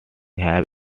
have